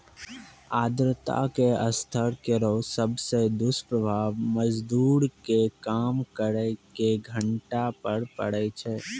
आर्द्रता के स्तर केरो सबसॅ दुस्प्रभाव मजदूर के काम करे के घंटा पर पड़ै छै